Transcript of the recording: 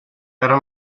era